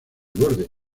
borde